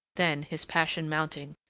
then, his passion mounting,